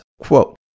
quote